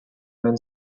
man